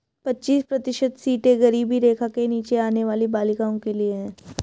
पच्चीस प्रतिशत सीटें गरीबी रेखा के नीचे आने वाली बालिकाओं के लिए है